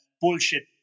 bullshit